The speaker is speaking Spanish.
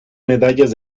medallas